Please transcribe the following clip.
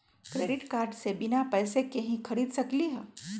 Credit card से बिना पैसे के ही खरीद सकली ह?